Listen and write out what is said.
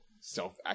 self